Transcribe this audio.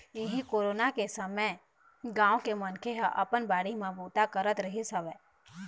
इहीं कोरोना के समे गाँव के मनखे ह अपन बाड़ी म बूता करत रिहिस हवय